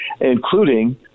including